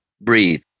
breathe